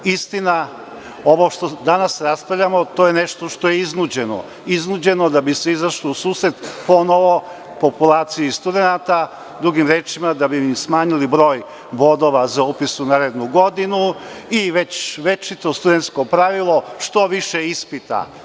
Istina, ovo što danas raspravljamo, to je nešto što je iznuđeno, iznuđeno da bi se izašlo u susret ponovo populaciji studenata, drugim rečima, da bi im smanjili broj bodova za upis u narednu godinu, i već večito studensko pravilo - što više ispita.